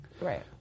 Right